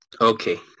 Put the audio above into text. Okay